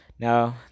Now